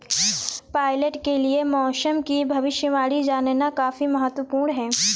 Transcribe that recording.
pilot के लिए मौसम की भविष्यवाणी जानना काफी महत्त्वपूर्ण है